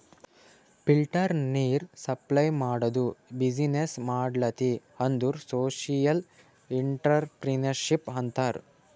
filter ನೀರ್ supply ಮಾಡದು business ಮಾಡ್ಲತಿ ಅಂದುರ್ ಸೋಶಿಯಲ್ ಇಂಟ್ರಪ್ರಿನರ್ಶಿಪ್ ಅಂತಾರ್